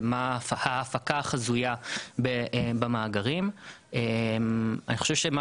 לגבי מה ההפקה החזויה במאגרים; אני חושב שמה